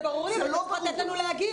זה ברור לי אבל אתה צריך לתת לנו להגיב,